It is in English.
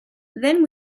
then